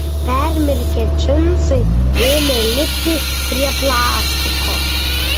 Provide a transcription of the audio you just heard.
permirkę džinsai ėmė lipti prie plastiko